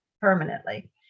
permanently